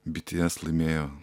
bts laimėjo